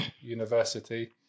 University